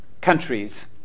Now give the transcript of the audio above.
countries